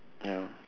ya